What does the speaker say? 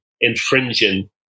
infringing